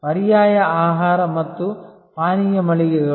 ಪರ್ಯಾಯ ಆಹಾರ ಮತ್ತು ಪಾನೀಯ ಮಳಿಗೆಗಳು